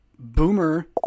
Boomer